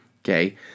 Okay